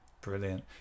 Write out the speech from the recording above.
brilliant